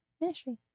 ministry